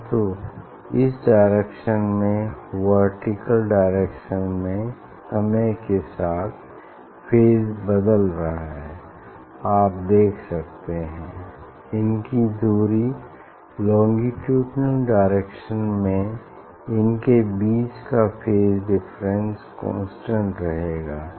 परन्तु इस डायरेक्शन में वर्टीकल डायरेक्शन में समय के साथ फेज बदल रहा है आप देख सकते हैं इनकी दूरी लोंगिट्यूडिनल डायरेक्शन में इनके बीच का फेज डिफरेंस कांस्टेंट रहेगा